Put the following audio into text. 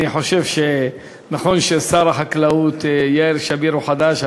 אני חושב שנכון ששר החקלאות יאיר שמיר הוא חדש,